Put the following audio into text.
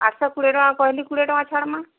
ଆଠଶହ କୋଡ଼ିଏ ଟଙ୍କା କହିଲି କୋଡ଼ିଏ ଟଙ୍କା ଛାଡ଼ମା